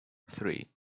three